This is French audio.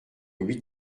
huit